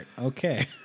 okay